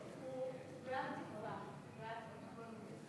הוא בעד תקווה.